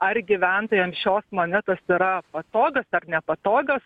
ar gyventojam šios monetos yra patogios ar nepatogios